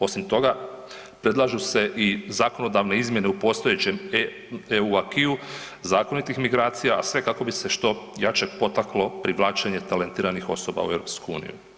Osim toga, predlažu se i zakonodavne izmjene u postojećem EU acquisa zakonitih migracija, a sve kako bi se što jače potaklo privlačenje talentiranih osoba u EU.